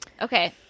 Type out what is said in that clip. Okay